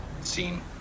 scene